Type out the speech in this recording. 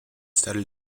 studied